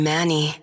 Manny